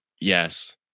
Yes